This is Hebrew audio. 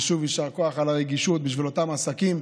ושוב, יישר כוח על הרגישות בשביל אותם עסקים,